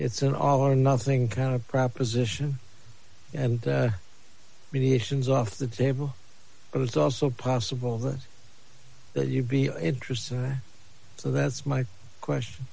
it's an all or nothing kind of proposition and mediations off the table but it's also possible that that you'd be interested in that so that's my question